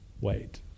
Wait